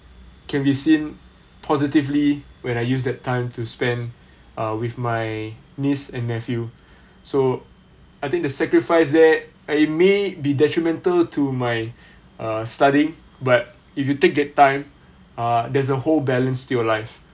can be seen positively when I use that time to spend uh with my niece and nephew so I think the sacrifice there it may be detrimental to my uh studying but if you take that time uh there's a whole balance to your life